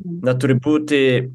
neturi būti